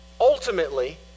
ultimately